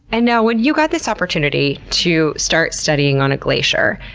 and now when you got this opportunity to start studying on a glacier,